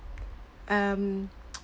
um